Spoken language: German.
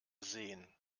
sehen